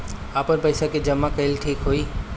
आपन पईसा के जमा कईल ठीक होई?